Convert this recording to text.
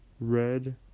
Red